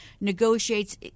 negotiates